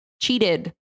cheated